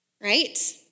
right